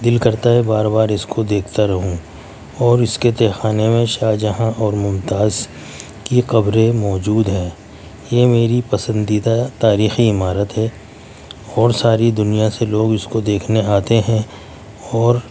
دل کرتا ہے بار بار اس کو دیکھتا رہوں اور اس کے تہہ خانے میں شاہجہاں اور ممتاز کی قبریں موجود ہیں یہ میری پسندیدہ تاریخی عمارت ہے اور ساری دنیا سے لوگ اس کو دیکھنے آتے ہیں اور